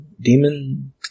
demon